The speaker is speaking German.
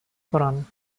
voran